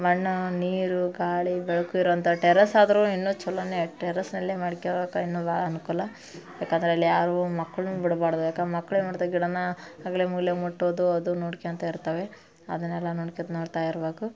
ಮಣ್ಣು ನೀರು ಗಾಳಿ ಬೆಳೆಕು ಇರುವಂಥ ಟೆರೇಸ್ ಆದರೂ ಇನ್ನೂ ಚಲೋನೆ ಟೆರೇಸ್ನಲ್ಲೇ ಮಾಡ್ಕ್ಯಬೇಕು ಇನ್ನೂ ಭಾಳ ಅನುಕೂಲ ಯಾಕಂದರೆ ಅಲ್ಲಿ ಯಾರು ಮಕ್ಳನ್ನೂ ಬಿಡ್ಬಾರ್ದು ಯಾಕಂದ್ರೆ ಮಕ್ಕಳು ಗಿಡನ ಆಗ್ಲಿ ಮೂಲೆ ಮುಟ್ಟೋದು ಅದು ನೋಡ್ಕ್ಯಂತ ಇರ್ತವೆ ಅದನ್ನೆಲ್ಲ ನೋಡ್ಕ್ಯಂತ ನೋಡ್ತಾ ಇರಬೇಕು